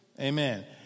Amen